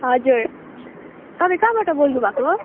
हजुर तपाईँ कहाँबाट बोल्नुभएको हो